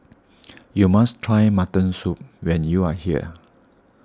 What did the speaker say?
you must try Mutton Soup when you are here